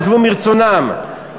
עזבו מרצונם,